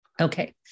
Okay